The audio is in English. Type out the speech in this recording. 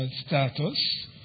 status